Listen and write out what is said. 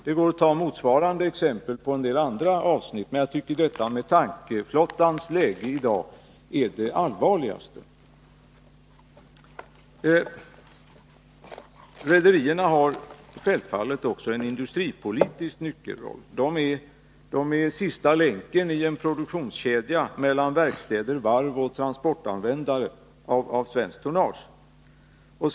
Man kan ta motsvarande exempel på en del andra områden, men jag tycker att detta med tankerflottans situation i dag är det allvarligaste. Rederierna har självfallet också en industripolitisk nyckelroll. De är sista länken i en produktionskedja mellan verkstäder, varv och transportanvändare av svenskt tonnage.